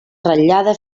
ratllada